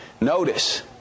Notice